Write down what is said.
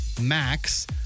Max